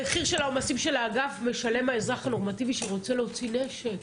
את המחיר של העומסים של האגף משלם האזרח הנורמטיבי שרוצה להוציא נשק,